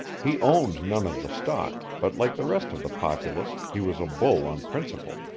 he owned none of the stock, but like the rest of the populace he was a bull on principle.